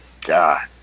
god